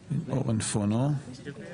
מתנות או תרומות